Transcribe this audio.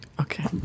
Okay